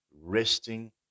Resting